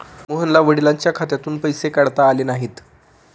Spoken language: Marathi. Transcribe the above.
मोहनला वडिलांच्या खात्यातून पैसे काढता आले नाहीत